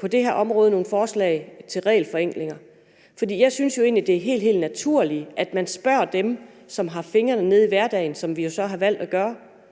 på det her område nogle forslag til regelforenklinger? For jeg synes jo egentlig, det er helt, helt naturligt, at man spørger dem, som har fingrene nede i det til hverdag, som vi jo så har valgt at gøre,